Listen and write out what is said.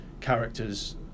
characters